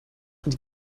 die